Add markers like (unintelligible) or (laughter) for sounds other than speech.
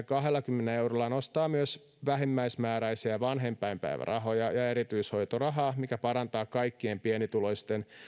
(unintelligible) kahdellakymmenellä eurolla nostaa myös vähimmäismääräisiä vanhempainpäivärahoja ja erityishoitorahaa mikä parantaa kaikkien pienituloisten